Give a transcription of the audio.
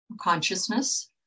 consciousness